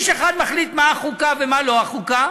איש אחד מחליט מה החוקה ומה לא החוקה,